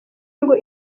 ngo